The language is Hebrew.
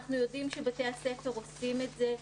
אנחנו יודעים שבתי הספר עושים את זה,